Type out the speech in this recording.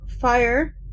fire